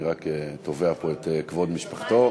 בעד באסל גטאס,